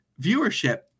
viewership